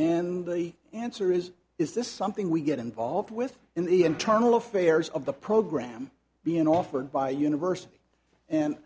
and the answer is is this something we get involved with in the internal affairs of the program being offered by university and